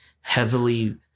heavily